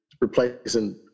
replacing